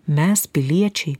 mes piliečiai